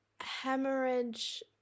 Hemorrhage